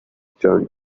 turn